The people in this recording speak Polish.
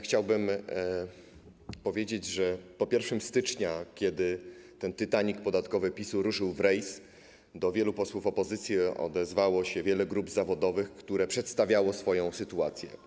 Chciałbym powiedzieć, że po 1 stycznia, kiedy ten „Titanic” podatkowy PiS-u ruszył w rejs, do wielu posłów opozycji odezwało się wiele grup zawodowych, które przedstawiały swoją sytuację.